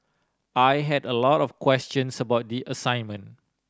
I had a lot of questions about the assignment